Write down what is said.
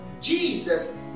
jesus